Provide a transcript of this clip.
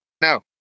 No